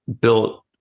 built